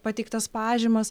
pateiktas pažymas